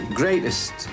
greatest